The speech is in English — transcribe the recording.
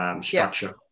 structure